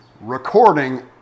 recording